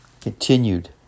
continued